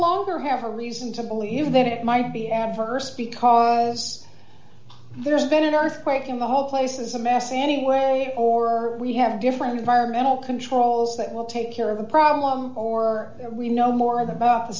longer have a reason to believe that it might be at st because there's been an earthquake and the whole place is a mass anyway or we have different environmental controls that will take care of a problem or we know more about the